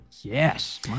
yes